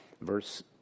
Verse